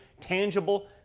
tangible